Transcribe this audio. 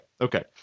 Okay